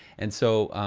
and so,